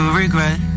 regret